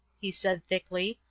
he said thickly.